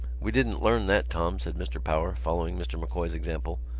we didn't learn that, tom, said mr. power, following mr. m'coy's example,